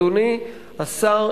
אדוני השר,